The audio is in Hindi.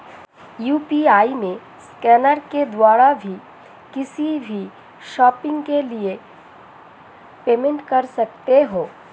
यू.पी.आई में स्कैनर के द्वारा भी किसी भी शॉपिंग के लिए पेमेंट कर सकते है